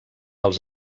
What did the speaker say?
els